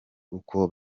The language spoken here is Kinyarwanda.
uko